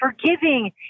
forgiving